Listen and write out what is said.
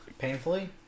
painfully